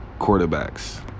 quarterbacks